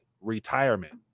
retirement